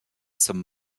zum